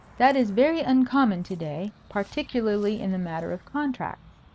that is very uncommon to-day, particularly in the matter of contracts.